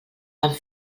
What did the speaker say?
amb